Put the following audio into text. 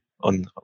on